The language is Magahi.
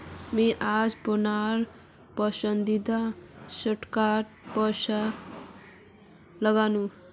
मी आज अपनार पसंदीदा स्टॉकत पैसा लगानु